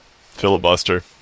filibuster